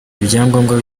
ibyangombwa